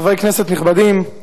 חברי כנסת נכבדים,